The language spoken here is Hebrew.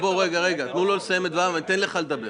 המודל זה מכונה.